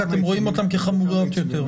כי אתם רואים אותן כחמורות יותר.